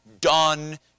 done